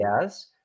Yes